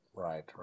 Right